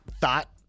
thought